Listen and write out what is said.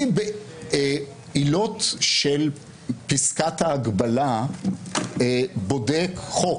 אני בעילות של פסקת ההגבלה בודק חוק,